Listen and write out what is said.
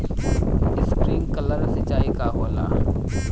Sprinkler सिंचाई का होला?